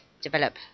develop